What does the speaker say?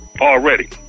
already